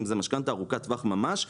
אם זה משכנתא ארוכת טווח ממש,